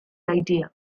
idea